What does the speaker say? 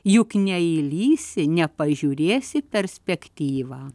juk neįlįsi nepažiūrėsi perspektyvą